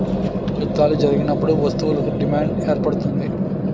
యుద్ధాలు జరిగినప్పుడు వస్తువులకు డిమాండ్ ఏర్పడుతుంది